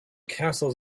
castles